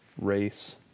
race